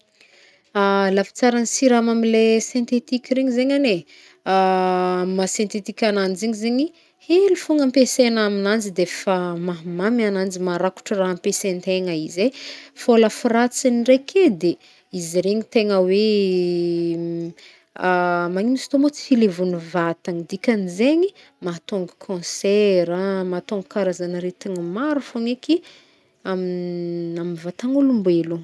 Lafy tsaran'ny siramamy leha sentetik regny zegny agne, ama sentetikananjy zegny agne, hely fôgna ampesegna amignanjy de fa mahamamy agnanjy maharakotry raha ampesentegna izeh. Fô lafy ratsiny ndraiky edy, iz regny tegna hoe magnigno izy te mo? Tsy levon'ny vatagna, dikanzegny, mahatônga cancer an, mahatônga karazana aretina maro fôgna eky amin- amin'ny vatan'olombelognô.